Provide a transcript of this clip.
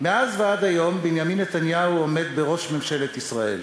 מאז ועד היום בנימין נתניהו עומד בראש ממשלת ישראל.